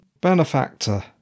benefactor